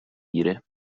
گیره